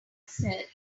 said